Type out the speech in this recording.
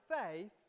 faith